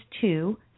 two